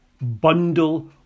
bundle